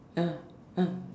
ah ah